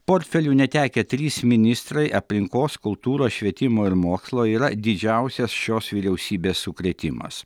portfelių netekę trys ministrai aplinkos kultūros švietimo ir mokslo yra didžiausias šios vyriausybės sukrėtimas